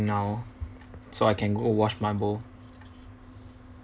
now so I can go and wash my bowl